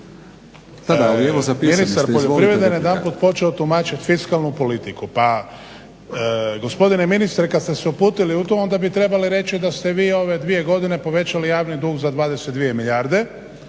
Ministar poljoprivrede je jedanput počeo tumačiti fiskalnu politiku. Pa gospodine ministre kad ste se uputili u to onda bi trebali reći da ste vi ove dvije godine povećali javni dug za 22 milijarde,